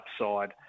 upside